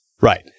Right